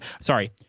sorry